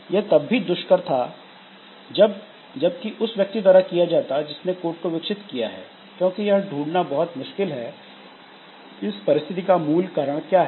यह तब भी दुष्कर था जबकि उस व्यक्ति द्वारा किया जाता जिस ने कोड को विकसित किया है क्योंकि यह ढूँढना बहुत मुश्किल है की इस परिस्थिति का मूल कारण क्या है